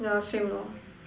yeah same lor